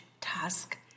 task